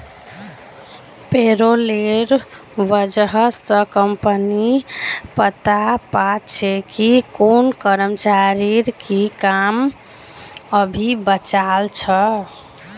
पेरोलेर वजह स कम्पनी पता पा छे कि कुन कर्मचारीर की काम अभी बचाल छ